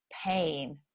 pain